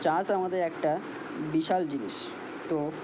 চাষ আমাদের একটা বিশাল জিনিস তো